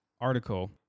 article